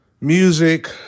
music